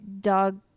dog